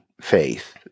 faith